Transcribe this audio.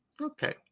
Okay